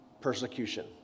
persecution